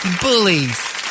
bullies